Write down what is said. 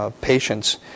Patients